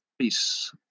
Peace